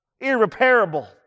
irreparable